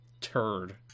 turd